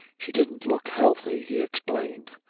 she didn't look healthy, he explained.